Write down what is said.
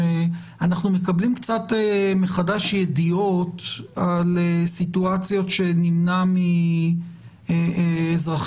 שאנחנו מקבלים מחדש ידיעות על סיטואציות שנמנע מאזרחים